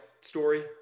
story